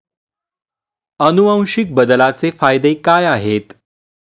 अनुवांशिक बदलाचे फायदे काय आहेत?